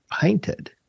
painted